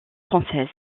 française